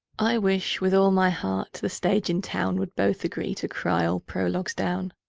i wish, with all my heart, the stage and town would both agree to cry all prologues down